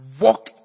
walk